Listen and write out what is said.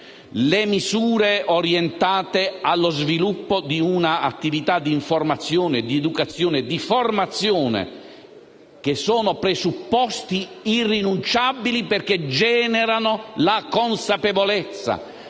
le misure orientate allo sviluppo di un'attività d'informazione, di educazione e di formazione, che sono presupposti irrinunciabili perché generano la consapevolezza,